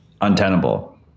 untenable